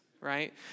right